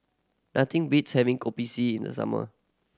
nothing beats having Kopi C in the summer